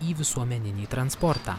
į visuomeninį transportą